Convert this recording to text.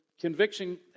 conviction